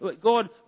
God